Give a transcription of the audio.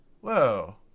whoa